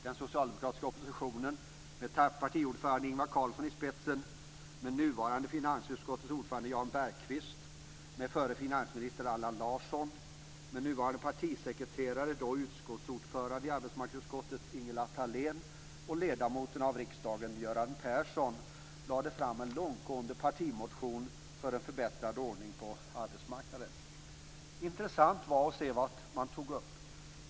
Den socialdemokratiska oppositionen med partiordföranden Ingvar Carlsson i spetsen, med nuvarande finansutskottets ordförande Jan Bergqvist, förre finansministern Allan Larsson, nuvarande partisekreteraren, då uskottsordförande i arbetsmarknadsutskottet Ingela Thalén och ledamoten av riksdagen Göran Persson lade fram en långtgående partimotion om en förbättrad ordning på arbetsmarknaden. Intressant var att se vad man tog upp där.